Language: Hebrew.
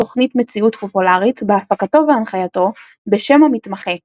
תוכנית מציאות פופולרית בהפקתו והנחייתו בשם "המתמחה",